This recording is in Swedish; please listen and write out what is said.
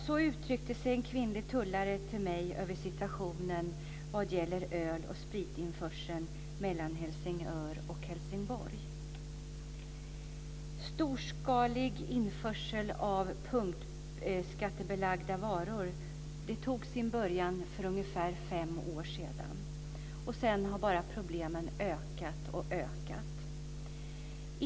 Så uttryckte sig en kvinnlig tullare till mig över situationen när det gäller öl och spritinförseln mellan Storskalig införsel av punktskattebelagda varor tog sin början för ungefär fem år sedan, och efter det har problemen bara ökat.